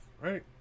right